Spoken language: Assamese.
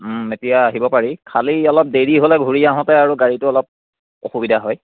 এতিয়া আহিব পাৰি খালী অলপ দেৰি হ'লে ঘূৰি আহোঁতে আৰু গাড়ীটো অসুবিধা হয়